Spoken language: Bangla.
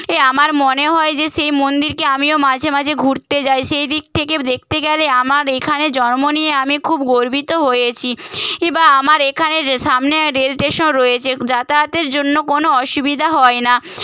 এ আমার মনে হয় যে সেই মন্দিরকে আমিও মাঝে মাঝে ঘুরতে যাই সেই দিক থেকে দেখতে গেলে আমার এইখানে জন্ম নিয়ে আমি খুব গর্বিত হয়েছি ই বা আমার এখানের সামনে রেল স্টেশন রয়েছে যাতায়াতের জন্য কোনো অসুবিধা হয় না